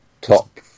top